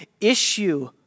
issue